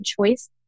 choice